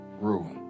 rule